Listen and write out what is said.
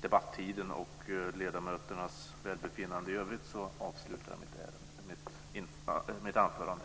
debattiden och ledamöternas välbefinnande avslutar jag mitt anförande.